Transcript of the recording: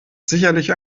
sicherlich